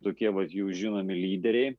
tokie vat jų žinomi lyderiai